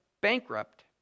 bankrupt